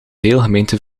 deelgemeente